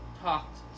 talked